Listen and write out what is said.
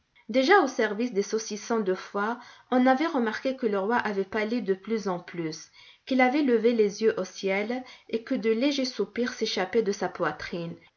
déjà au service des saucissons de foie on avait remarqué que le roi avait pâli de plus en plus qu'il avait levé les yeux au ciel et que de légers soupirs s'échappaient de sa poitrine